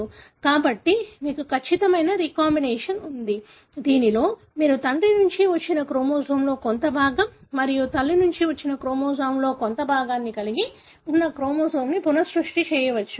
కాబట్టి మీకు ఖచ్చితమైన రీకాంబినేషన్ ఉంది దీనిలో మీరు తండ్రి నుండి వచ్చిన క్రోమోజోమ్లో కొంత భాగం మరియు తల్లి నుండి వచ్చిన క్రోమోజోమ్లో కొంత భాగాన్ని కలిగి ఉన్న క్రోమోజోమ్ను పునఃసృష్టి చేయవచ్చు